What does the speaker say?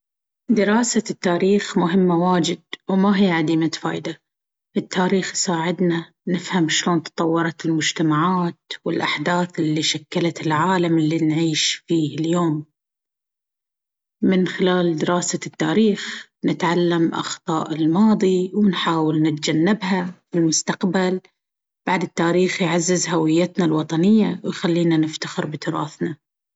دراسة التاريخ مهمة واجد وما هي عديمة فايدة. التاريخ يساعدنا نفهم شلون تطورت المجتمعات والأحداث اللي شكلت العالم اللي نعيش فيه اليوم. من خلال دراسة التاريخ، نتعلم من أخطاء الماضي ونحاول نتجنبها في المستقبل. بعد، التاريخ يعزز هويتنا الوطنية ويخلينا نفتخر بتراثنا.